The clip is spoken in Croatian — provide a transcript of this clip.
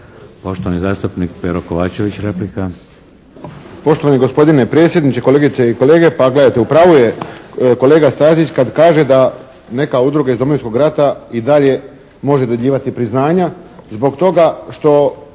Poštovani zastupnik Pero Kovačević, replika.